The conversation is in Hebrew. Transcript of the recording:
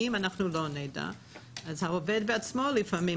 אם אנחנו לא נדע אז העובד בעצמו לפעמים,